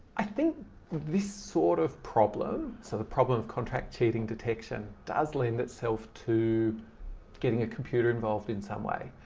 i think this sort of problem. so the problem of contract cheating detection does lend itself to getting a computer involved in some way.